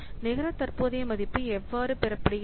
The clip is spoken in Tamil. நிகர தற்போதைய மதிப்பு எவ்வாறு பெறப்படுகிறது